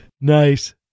Nice